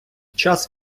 час